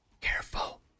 careful